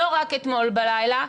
לא רק אתמול בלילה,